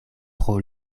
pro